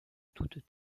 toutes